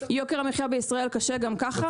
יוקר המחייה בישראל קשה גם ככה.